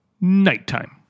nighttime